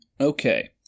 Okay